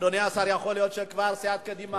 תישאר עד עשר בערב,